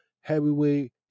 Heavyweight